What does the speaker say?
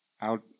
Out